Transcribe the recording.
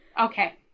Okay